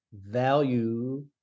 value